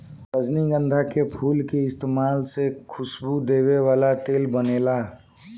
रजनीगंधा के फूल के इस्तमाल से खुशबू देवे वाला तेल बनेला